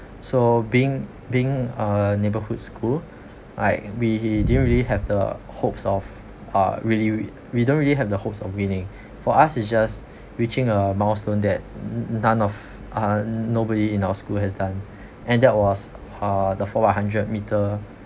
so being being a neighborhood school I we don't really have the hopes of uh really we don't really have the hopes of winning for us is just reaching a milestone that mm none of uh nobody in our school has done and that was uh the four by hundred meter